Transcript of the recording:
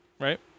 right